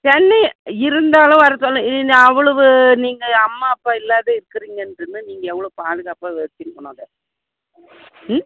சென்னை இருந்தாலும் வரச்சொல் அவ்வளவு நீங்கள் அம்மா அப்பா இல்லாத இருக்குறிங்கன்றபோது நீங்கள் எவ்வளோ பாதுகாப்பாக வச்சுருக்கணும் அத ம்